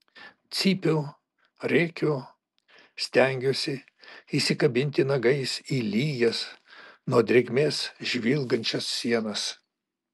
cypiu rėkiu stengiuosi įsikabinti nagais į lygias nuo drėgmės žvilgančias sienas